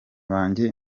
banjye